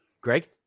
Greg